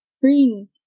bring